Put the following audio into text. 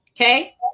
okay